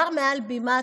אומר מעל בימת